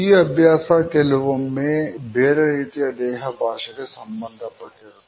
ಈ ಅಭ್ಯಾಸ ಕೆಲವೊಮ್ಮೆ ಬೇರೆ ರೀತಿಯ ದೇಹ ಭಾಷೆಗೆ ಸಂಬಂಧಪಟ್ಟಿರುತ್ತದೆ